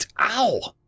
OW